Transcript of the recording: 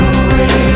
away